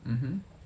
mmhmm